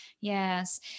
yes